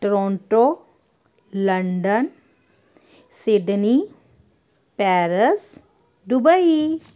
Toronto London Sydney Paris Dubai